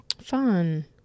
Fun